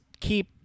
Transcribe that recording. keep